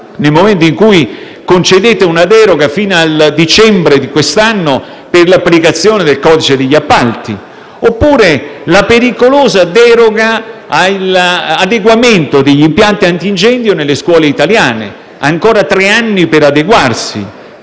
nel momento in cui concedete una deroga fino a dicembre di quest'anno per l'applicazione del codice degli appalti, oppure la pericolosa deroga all'adeguamento degli impianti antincendio nelle scuole italiane: si prevedono ancora tre anni per adeguarsi.